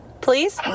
Please